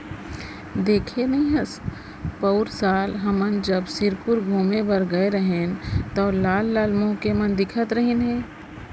देखे नइ हस पउर साल हमन जब सिरपुर घूमें बर गए रहेन तौ लाल लाल मुंह के मन दिखत रहिन हे